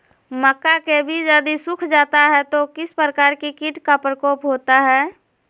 मक्का के बिज यदि सुख जाता है तो किस प्रकार के कीट का प्रकोप होता है?